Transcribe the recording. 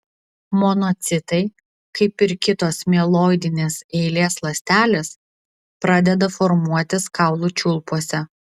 monocitai kaip ir kitos mieloidinės eilės ląstelės pradeda formuotis kaulų čiulpuose